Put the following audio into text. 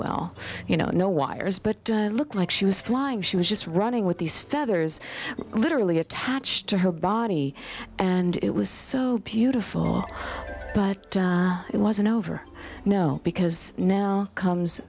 well you know no wires but looked like she was flying she was just running with these feathers literally attached to her body and it was so beautiful but it wasn't over no because now comes